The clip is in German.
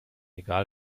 egal